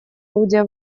орудия